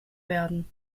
werden